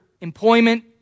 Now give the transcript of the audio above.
employment